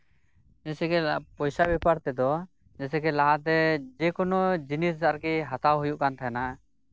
ᱡᱮᱭᱥᱮ ᱠᱤ ᱯᱚᱭᱥᱟ ᱵᱮᱯᱟᱨ ᱛᱮᱫᱚ ᱡᱮᱭᱥᱮ ᱠᱤ ᱞᱟᱦᱟᱛᱮ ᱡᱮᱠᱳᱱᱳ ᱡᱤᱱᱤᱥ ᱦᱟᱛᱟᱣ ᱦᱩᱭᱩᱜ ᱠᱟᱱ ᱛᱟᱦᱮᱸᱱᱟ